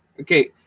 okay